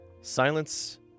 Silence